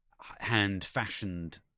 hand-fashioned